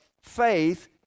faith